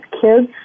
kids